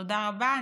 תודה רבה,